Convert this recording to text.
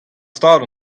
stad